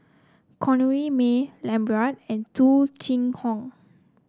Corrinne May Lambert and Tung Chye Hong